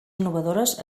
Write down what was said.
innovadores